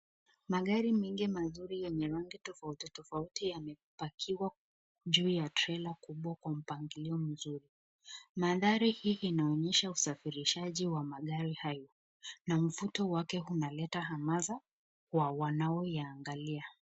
Magari mengi mazuri yenye rangi tofautitofauti, yamepakiwa juu ya trela kubwa kwa mpangilio mzuri, mandhari hii inaonyesha uusafirishaji wa magari hayo, na mvuto wake unaleta hamaza wa wanao iangalia.